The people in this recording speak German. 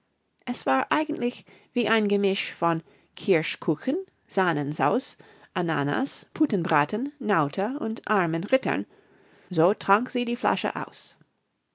es war eigentlich wie ein gemisch von kirschkuchen sahnensauce ananas putenbraten naute und armen rittern so trank sie die flasche aus